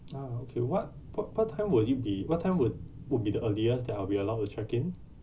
ah okay what what what time will it be what time would would be the earliest that I'll be allowed to check in